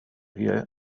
hear